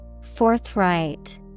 Forthright